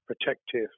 protective